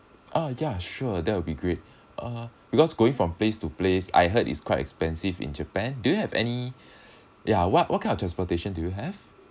uh ya sure that will be great uh because going from place to place I heard it's quite expensive in japan do you have any ya what what kind of transportation do you have